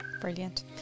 Brilliant